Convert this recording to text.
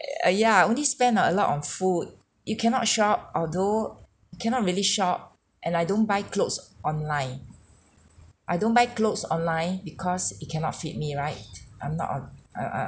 err uh ya I only spend a lot on food you cannot shop although cannot really shop and I don't buy clothes online I don't buy clothes online because it cannot fit me right I'm not a a a